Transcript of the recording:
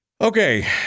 Okay